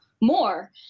more